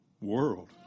world